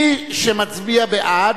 מי שמצביע בעד,